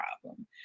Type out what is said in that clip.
problem